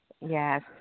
Yes